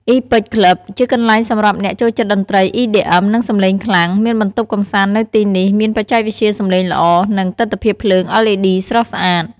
Epic Club ជាកន្លែងសម្រាប់អ្នកចូលចិត្តតន្ត្រី EDM និងសំឡេងខ្លាំង មានបន្ទប់កម្សាន្តនៅទីនេះមានបច្ចេកវិទ្យាសំឡេងល្អ និងទិដ្ឋភាពភ្លើង LED ស្រស់ស្អាត។